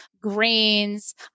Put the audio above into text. grains